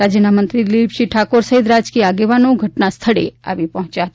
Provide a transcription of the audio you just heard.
રાજ્યના મંત્રી દિલીપસિંહહ ઠાકોર સહિત રાજકીય આગેવાનો ઘટના સ્થળે આવી પહોંચ્યા હતા